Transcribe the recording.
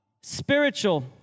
Spiritual